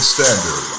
Standard